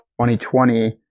2020